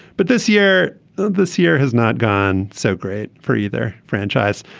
but this year this year has not gone so great for either franchise.